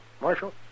Marshal